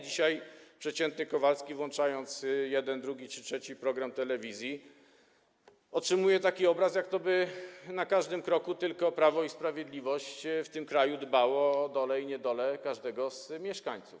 Dzisiaj przeciętny Kowalski, włączając jeden, drugi czy trzeci program telewizji, otrzymuje taki obraz, jakby na każdym kroku tylko Prawo i Sprawiedliwość w tym kraju dbało o dolę i niedolę każdego z mieszkańców.